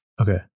okay